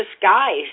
disguise